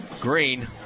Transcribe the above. Green